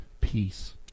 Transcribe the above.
peace